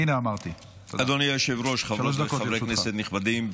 אדוני היושב-ראש, חברות וחברי כנסת נכבדים.